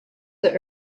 that